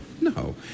no